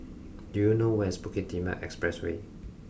do you know where is Bukit Timah Expressway